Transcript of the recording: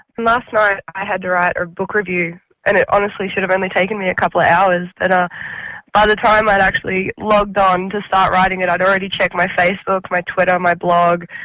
last night i had to write a book review and it honestly should have only taken me a couple of hours. but by the time i'd actually logged on to start writing it, i'd already checked my facebook, my twitter, my blog,